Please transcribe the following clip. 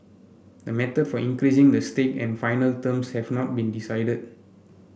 the method for increasing the stake and final terms have not been decided